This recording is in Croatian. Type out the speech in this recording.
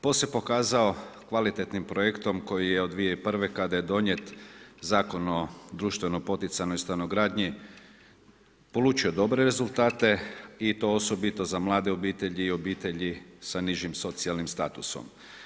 POS se pokazao kvalitetnim projektom koji je od 2001. kada je donijet Zakon o društveno poticanoj stanogradnji, polučio dobre rezultate i to osobito za mlade obitelji i obitelji s nižim socijalnim statusom.